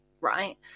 right